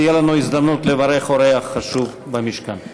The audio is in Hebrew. תהיה לנו הזדמנות לברך אורח חשוב במשכן הכנסת.